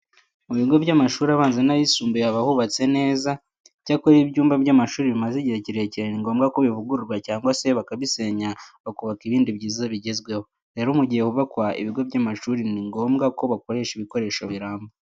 Mu bigo by'amashuri abanza n'ayisumbuye haba hubatse neza. Icyakora iyo ibyumba by'amashuri bimaze igihe kirekire ni ngombwa ko bivugururwa cyangwa se bakabisenya bakubaka ibindi byiza bigezweho. Rero mu gihe hubakwa ibigo by'amashuri ni ngombwa ko bakoresha ibikoresho biramba.